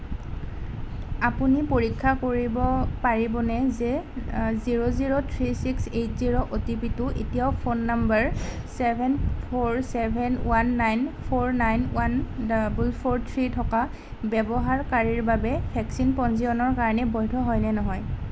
আপুনি পৰীক্ষা কৰিব পাৰিবনে যে zero zero three six eight zero অ'টিপিটো এতিয়াও phone number seven four seven one nine four nine one double four three থকা ব্যৱহাৰকাৰীৰ বাবে ভেকচিন পঞ্জীয়নৰ কাৰণে বৈধ হয় নে নহয়